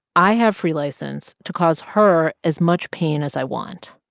i have free license to cause her as much pain as i want.